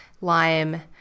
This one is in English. lime